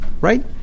right